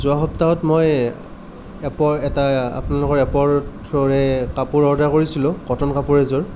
যোৱা সপ্তাহত মই এপৰ এটা আপোনালোকৰ এপৰ থ্ৰ'ৰে কাপোৰ অৰ্ডাৰ কৰিছিলোঁ কটন কাপোৰ এযোৰ